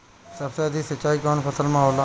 सबसे अधिक सिंचाई कवन फसल में होला?